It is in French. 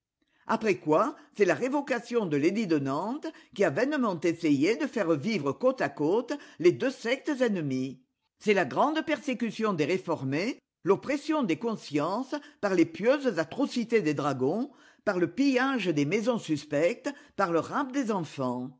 après quoi c'est la révocation de l'edit de nantes qui a vainement essayé de faire vivre côte à côte les deux sectes ennemies c'est la grande persécution des réformés l'oppression des consciences par les pieuses atrocités des dragons par le pillage des maisons suspectes par le rapt des enfants